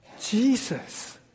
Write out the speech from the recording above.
Jesus